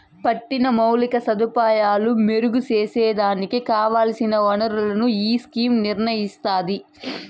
పట్టిన మౌలిక సదుపాయాలు మెరుగు సేసేదానికి కావల్సిన ఒనరులను ఈ స్కీమ్ నిర్నయిస్తాది